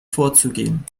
vorzugehen